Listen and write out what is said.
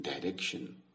direction